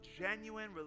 genuine